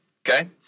Okay